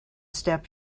step